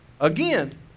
Again